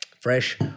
fresh